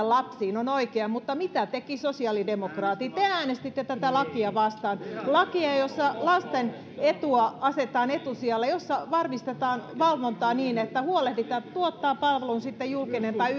lapsiin on oikea mutta mitä tekivät sosiaalidemokraatit te äänestitte tätä lakia vastaan lakia jossa lasten etua asetetaan etusijalle ja jossa varmistetaan valvontaa niin että huolehditaan siitä tuottaa palvelun sitten julkinen tai